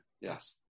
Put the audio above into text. yes